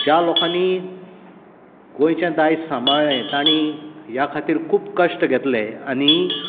ज्या लोकांनी गोंयचें दायज सांबळे ताणी ह्या खातीर खूब कश्ट घेतले आनी